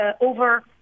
over